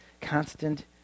constant